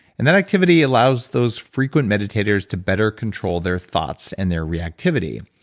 and that activity allows those frequent meditators to better control their thoughts and their reactivity.